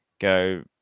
go